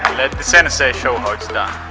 let the sensei show it's done!